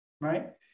Right